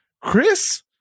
Chris